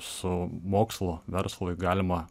su mokslu verslui galima